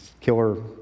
killer